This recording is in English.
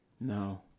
No